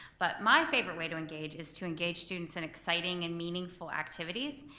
but my favorite way to engage is to engage students in exciting and meaningful activities.